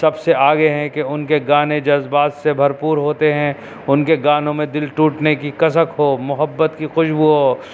سب سے آگے ہیں کہ ان کے گانے جذبات سے بھرپور ہوتے ہیں ان کے گانوں میں دل ٹوٹنے کی کسک ہو محبت کی خوشبو ہو